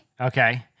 Okay